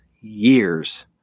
years